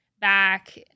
back